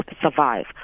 survive